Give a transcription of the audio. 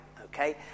okay